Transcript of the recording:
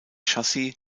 chassis